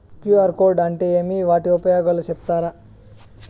QR code అంటే ఏమి వాటి ఉపయోగాలు సెప్తారా?